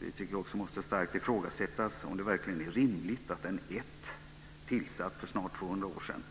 Det måste starkt ifrågasättas om det verkligen är rimligt att en ätt, tillsatt för snart 200 år sedan,